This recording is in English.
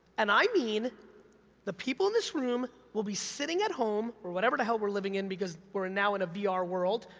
and i mean the people in this room will be sitting at home or whatever the hell we're living in, because we're now in a ah vr world,